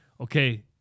okay